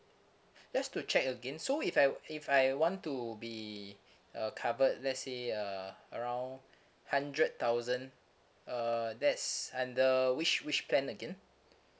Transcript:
just to check again so if I if I want to be uh covered let's say uh around hundred thousand uh that's under which which plan again